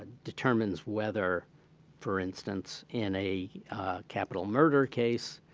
ah determines whether for instance, in a capital murder case,